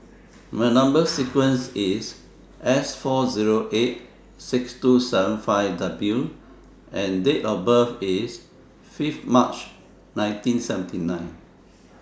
Number sequence IS S four Zero eight six two seven five W and Date of birth IS five March nineteen seventy nine